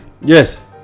Yes